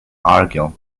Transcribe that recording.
argyll